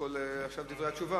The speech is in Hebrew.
ידידי חבר הכנסת דיכטר,